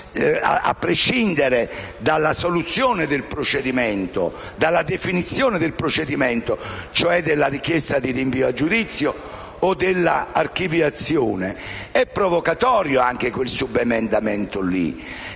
a prescindere dalla soluzione e dalla definizione del procedimento, cioè della richiesta di rinvio a giudizio o della archiviazione. È provocatorio, quel subemendamento.